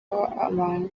abantu